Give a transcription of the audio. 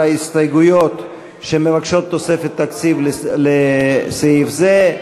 ההסתייגויות שמבקשות תוספת תקציב לסעיף זה.